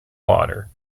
water